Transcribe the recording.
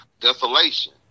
desolation